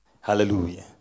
Hallelujah